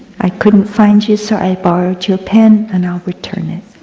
i couldn't find you, so i borrowed your pen and i will return it.